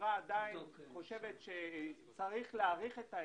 החברה עדיין חושבת שצריך להאריך את ההיטל,